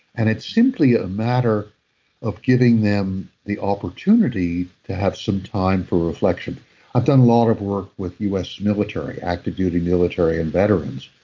and it's simply a matter of giving them the opportunity to have some time for reflection i've done a lot of work with us military, active duty military, and veterans.